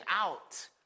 out